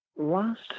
Last